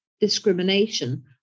discrimination